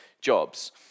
jobs